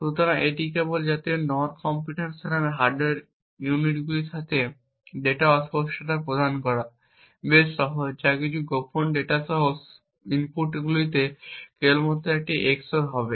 সুতরাং এই জাতীয় নন কম্পিউটেশনাল হার্ডওয়্যার ইউনিটগুলির সাথে ডেটা অস্পষ্টতা প্রদান করা বেশ সহজ যা কিছু গোপন ডেটা সহ ইনপুটটিতে কেবলমাত্র একটি EX OR হবে